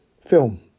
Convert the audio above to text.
Film